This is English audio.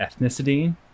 ethnicity